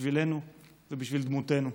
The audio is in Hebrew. בשבילנו ובשביל דמותנו.